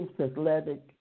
Athletic